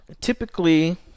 typically